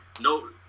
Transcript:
No